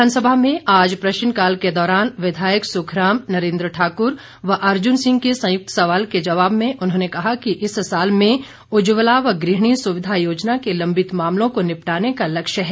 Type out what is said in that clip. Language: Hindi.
विधानसभा में आज प्रश्नकाल के दौरान विधायक सुखराम नरेंद्र ठाक्र व अर्जुन सिंह के संयुक्त सवाल के जवाब में उन्होंने कहा कि इस साल में उज्ज्वला व गृहिणी सुविधा योजना के लंबित मामलों को निपटाने का लक्ष्य है